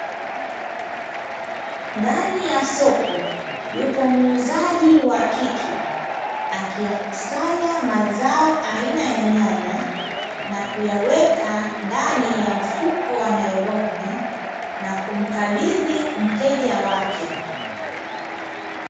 Ndani ya soko yupo muuzaji wa kike, akiyakusanya mazao aina ya nyanya na kuyaweka ndani ya mfuko wa nailoni, na kumkabidhi mteja wake.